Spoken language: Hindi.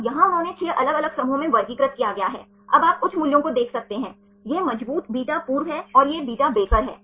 अब यहां उन्हें 6 अलग अलग समूहों में वर्गीकृत किया गया है अब आप उच्च मूल्यों को देख सकते हैं यह मजबूत beta पूर्व हैं और ये beta ब्रेकर हैं